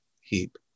heap